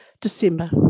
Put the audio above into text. December